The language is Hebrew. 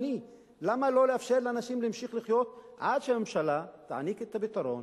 לאפשר לאנשים להמשיך לחיות עד שהממשלה תעניק את הפתרון